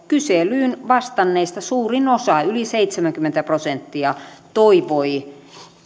kyselyyn vastanneista suurin osa yli seitsemänkymmentä prosenttia toivoi